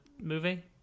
movie